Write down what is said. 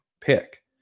pick